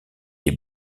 des